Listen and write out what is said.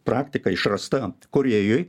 praktika išrasta korėjoj